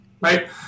right